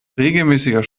regelmäßiger